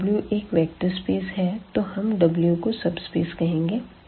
अगर W एक vector space है तो हम Wको सबस्पेस कहेंगे